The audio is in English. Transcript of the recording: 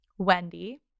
Wendy